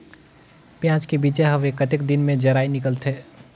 पियाज के बीजा हवे कतेक दिन मे जराई निकलथे?